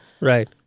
Right